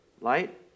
light